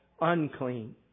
unclean